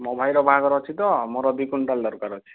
ମୋ ଭାଇର ବାହାଘର ଅଛି ତ ମୋର ଦୁଇ କୁଇଣ୍ଟାଲ ଦରକାର ଅଛି